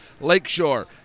Lakeshore